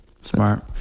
Smart